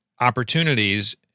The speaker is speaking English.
opportunities